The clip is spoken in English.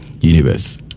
Universe